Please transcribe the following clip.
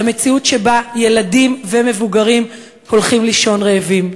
המציאות שבה ילדים ומבוגרים הולכים לישון רעבים.